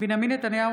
בנימין נתניהו,